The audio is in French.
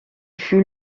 fut